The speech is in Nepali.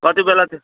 कतिबेलातिर